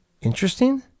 interesting